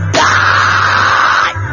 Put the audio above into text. die